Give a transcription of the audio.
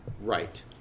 Right